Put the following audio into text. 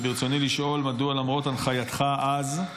ברצוני לשאול: מדוע, למרות הנחייתך אז,